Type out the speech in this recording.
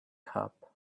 cup